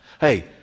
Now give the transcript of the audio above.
Hey